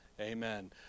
Amen